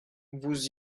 vous